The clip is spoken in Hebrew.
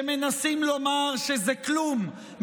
שמנסים לומר שזה כלום,